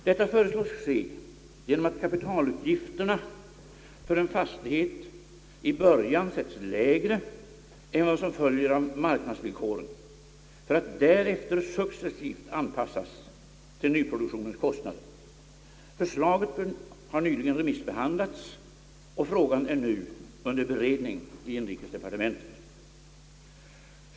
Detta föreslås ske genom att kapitalutgifterna för en fastighet i början sätts lägre än vad som följer av marknadsvillkoren för att därefter successivt anpassas till nyproduktionens kostnader. Förslaget har nyligen remissbehandlats, och frågan är nu under beredning i inrikesdepartementet.